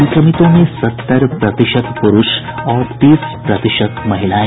संक्रमितों में सत्तर प्रतिशत पुरूष और तीस प्रतिशत महिलाएं